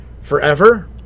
forever